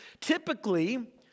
typically